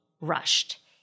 rushed